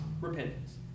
repentance